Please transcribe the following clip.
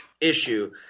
issue